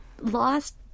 lost